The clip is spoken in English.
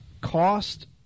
cost